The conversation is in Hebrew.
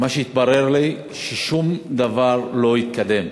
ומה שהתברר לי, ששום דבר לא התקדם.